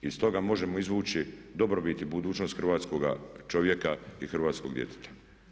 Iz toga možemo izvući dobrobit i budućnost hrvatskog čovjeka i hrvatskog djeteta.